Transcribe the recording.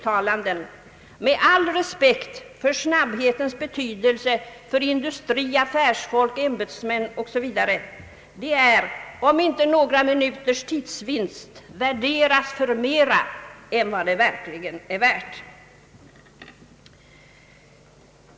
Med all respekt för snabbhetens betydelse för industri, affärsfolk, ämbetsmän osv. ställer man sig ovillkorligen frågan om inte några minuters tidsvinst värderas högre än vad den verkligen är värd.